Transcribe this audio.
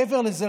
מעבר לזה,